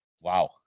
wow